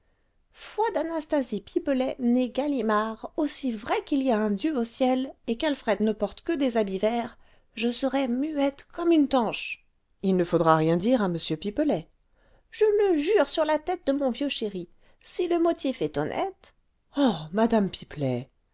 foi d'anastasie pipelet née galimard aussi vrai qu'il y a un dieu au ciel et qu'alfred ne porte que des habits verts je serai muette comme une tanche il ne faudra rien dire à m pipelet je le jure sur la tête de mon vieux chéri si le motif est honnête ah madame pipelet